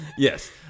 Yes